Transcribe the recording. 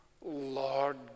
Lord